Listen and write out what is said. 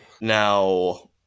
Now